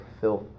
filth